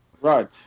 Right